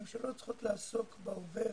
ממשלות צריכות לעסוק בהווה ובעתיד.